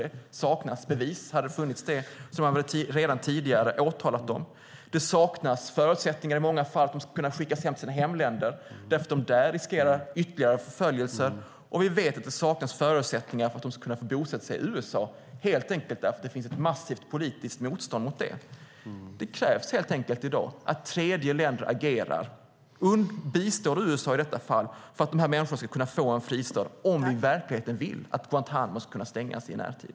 Det saknas bevis. Hade det funnits bevis skulle de redan ha åtalats. I många fall saknas förutsättningar för att de ska kunna skickas till sina hemländer eftersom de där riskerar ytterligare förföljelser. Det saknas också förutsättningar för att de ska kunna bosätta sig i USA, helt enkelt för att det finns ett massivt politiskt motstånd mot det. Det krävs därför att tredje länder agerar genom att bistå USA så att dessa människor ska få en fristad - om vi verkligen vill att Guantánamo ska kunna stängas i närtid.